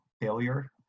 failure